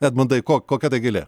edmundai ko kokia ta gėlė